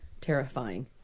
Terrifying